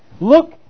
Look